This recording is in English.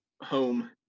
home